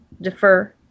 defer